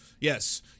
yes